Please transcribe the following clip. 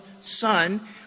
son